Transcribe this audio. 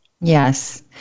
Yes